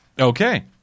okay